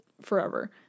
forever